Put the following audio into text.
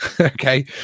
Okay